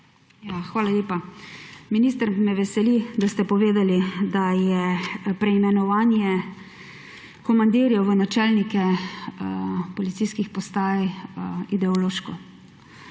Hvala lepa. Minister, me veseli, da ste povedali, da je preimenovanje komandirjev v načelnike policijskih postaj ideološko.